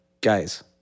guys